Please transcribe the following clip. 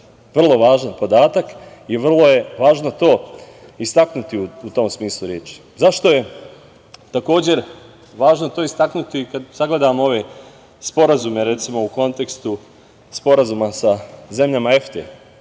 vrlo važan podatak i vrlo je važno to istaknuti u tom smislu.Zašto je, takođe, važno to istaknuti kad sagledamo ove sporazume, recimo, u kontekstu sporazuma sa zemljama EFTA